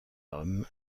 homme